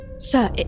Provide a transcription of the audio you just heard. Sir